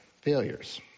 failures